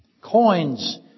Coins